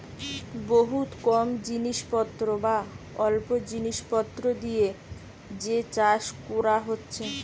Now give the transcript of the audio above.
বহুত কম জিনিস পত্র বা অল্প জিনিস পত্র দিয়ে যে চাষ কোরা হচ্ছে